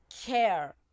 care